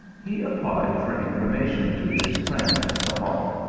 he applied for information to his friend the hawk.